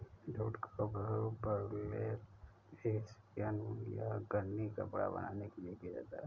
jute का उपयोग burlap hessian या गनी कपड़ा बनाने के लिए किया जाता है